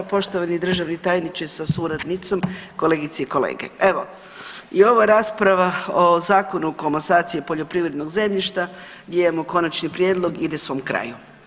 Poštovani državni tajniče sa suradnicom, kolegice i kolege, evo i ova rasprava o Zakonu o komasaciji poljoprivrednog zakona gdje imamo konačni prijedlog ide svom kraju.